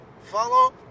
follow